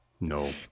no